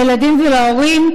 לילדים ולהורים,